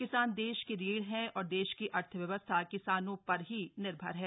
किसान देश की रीढ़ है और देश की अर्थव्यवस्था किसानों पर ही निर्भर है